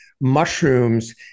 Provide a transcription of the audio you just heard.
mushrooms